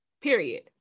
period